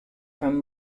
from